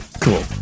Cool